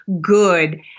good